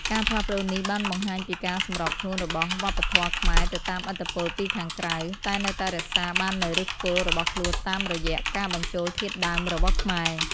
ការផ្លាស់ប្តូរនេះបានបង្ហាញពីការសម្របខ្លួនរបស់វប្បធម៌ខ្មែរទៅតាមឥទ្ធិពលពីខាងក្រៅ តែនៅតែរក្សាបាននូវឫសគល់របស់ខ្លួនតាមរយៈការបញ្ចូលធាតុដើមរបស់ខ្មែរ។